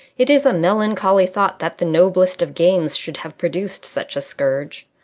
it is a melancholy thought that the noblest of games should have produced such a scourge.